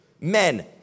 Men